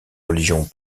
religions